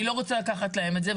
אני לא רוצה לקחת להם את זה,